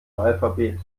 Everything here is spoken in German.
alphabet